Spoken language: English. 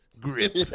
grip